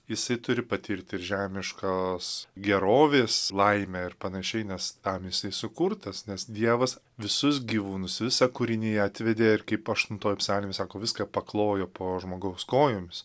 jisai turi patirti ir žemiškos gerovės laimę ir panašiai nes tam jisai sukurtas nes dievas visus gyvūnus visą kūriniją atvedė ir kaip aštuntoj psalmėj sako viską paklojo po žmogaus kojomis